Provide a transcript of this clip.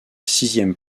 sixième